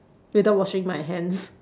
without washing my hands